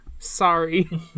sorry